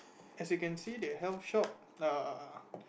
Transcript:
as you can see the health shop err